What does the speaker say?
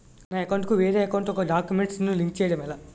నా అకౌంట్ కు వేరే అకౌంట్ ఒక గడాక్యుమెంట్స్ ను లింక్ చేయడం ఎలా?